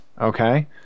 okay